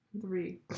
Three